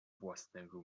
własnego